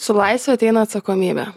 su laisve ateina atsakomybė